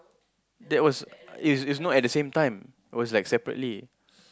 that was it's it's not at the same time it was like separately